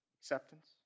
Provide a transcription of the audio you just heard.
Acceptance